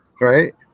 right